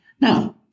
Now